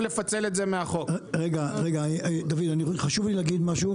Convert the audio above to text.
דוד חשוב לי להגיד משהו.